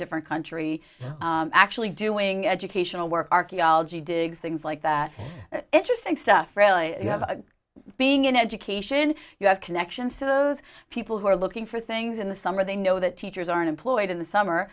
different country actually doing educational work archaeology digs things like that interesting stuff really you have a being in education you have connections to those people who are looking for things in the summer they know that teachers are employed in the summer